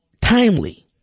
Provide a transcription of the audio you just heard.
timely